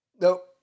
Nope